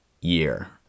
year